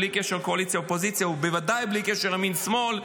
בלי קשר לקואליציה אופוזיציה ובוודאי בלי קשר לימין שמאל,